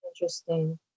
Interesting